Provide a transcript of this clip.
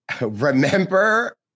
remember